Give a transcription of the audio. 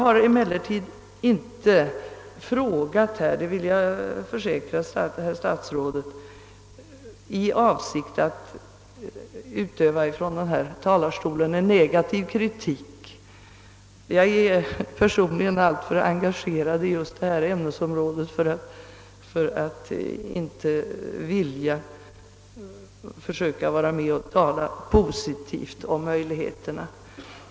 Jag har inte — det vill jag försäkra herr statsrådet — framställt min interpellation i avsikt att från denna talarstol utöva en negativ kritik. Jag är personligen alltför djupt engagerad i just detta undervisningsämne för att inte vilja försöka vara med och resonera positivt om de möjligheter som kan finnas.